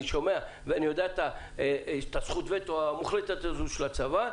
אני שומע ואני יודע את זכות הווטו המוחלטת הזו של הצבא,